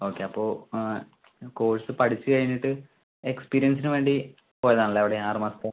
okay അപ്പോൾ course പഠിച്ച് കഴിഞ്ഞിട്ട് എക്സ്പീരിയൻസിന് വേണ്ടി പോയതാണ് അല്ലേ അവിടെ ആറ് മാസത്തെ